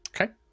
Okay